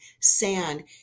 sand